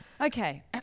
Okay